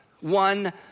one